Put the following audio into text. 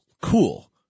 cool